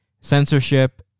censorship